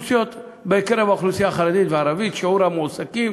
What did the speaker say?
בקרב האוכלוסייה החרדית והערבית שיעור המועסקים